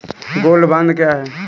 Gold bond क्या है?